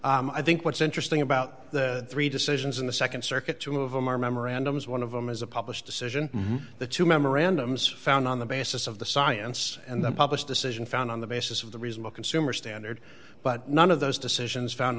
geffner i think what's interesting about the three decisions in the nd circuit two of them are memorandums one of them is a published decision the two memorandums found on the basis of the science and the published decision found on the basis of the reasonable consumer standard but none of those decisions found